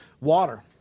Water